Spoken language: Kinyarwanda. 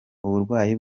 uburwayi